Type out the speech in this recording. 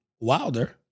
Wilder